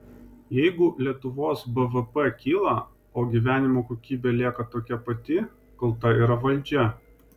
jeigu lietuvos bvp kyla o gyvenimo kokybė lieka tokia pati kalta yra valdžia